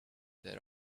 there